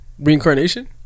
Reincarnation